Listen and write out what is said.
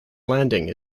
landing